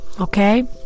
Okay